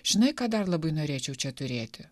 žinai ką dar labai norėčiau čia turėti